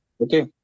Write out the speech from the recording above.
Okay